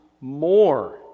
more